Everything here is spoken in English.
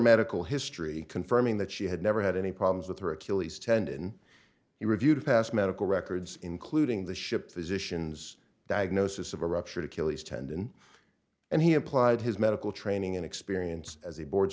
medical history confirming that she had never had any problems with her achilles tendon he reviewed past medical records including the ship physician's diagnosis of a ruptured achilles tendon and he implied his medical training and experience as a board